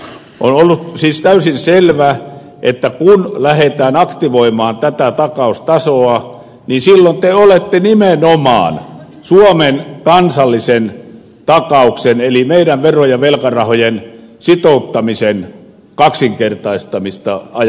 on ollut siis täysin selvää että kun lähdetään aktivoimaan tätä takaustasoa silloin te olette nimenomaan suomen kansallisen takauksen eli meidän vero ja velkarahojen sitouttamisen kaksinkertaistamista ajamassa